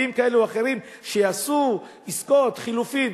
כספיים כאלה ואחרים שיעשו עסקאות, חילופים.